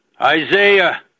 Isaiah